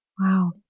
Wow